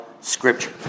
Scripture